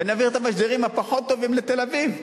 ונעביר את המשדרים הפחות-טובים לתל-אביב,